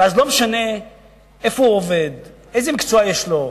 ואז לא משנה איפה הוא עובד, איזה מקצוע יש לו,